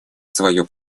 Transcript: свое